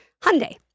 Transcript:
Hyundai